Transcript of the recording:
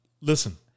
listen